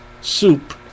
soup